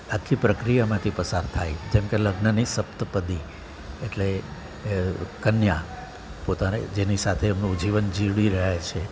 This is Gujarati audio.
આખી પ્રક્રિયામાંથી પસાર થાય જેમ કે લગ્નની સપ્તપદી એટલે કન્યા પોતાને જેની સાથે એમનું જીવન જીવી રહ્યા છે